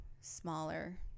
smaller